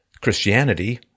Christianity